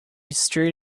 street